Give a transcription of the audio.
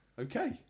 Okay